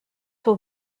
will